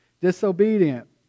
disobedient